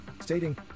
stating